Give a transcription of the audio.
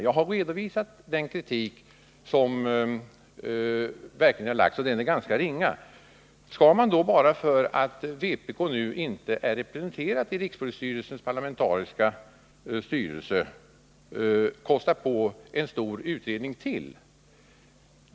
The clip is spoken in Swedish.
Jag har redovisat den kritik som har framförts, och den är ganska ringa. Skall vi då, bara därför att vpk inte är representerat i rikspolisens parlamentariska styrelse, kosta på oss en utredning till?